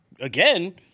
again